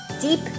deep